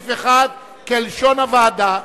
ולסעיף 1 כלשון הוועדה.